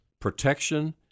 protection